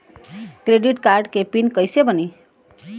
Credit card के पिन कैसे बनी?